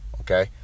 Okay